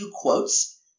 quotes